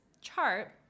chart